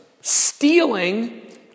stealing